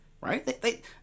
right